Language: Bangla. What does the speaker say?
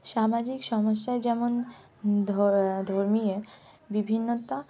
সামাজিক সমস্যায় যেমন ধর ধর্মীয় বিভিন্নতা